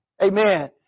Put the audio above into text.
Amen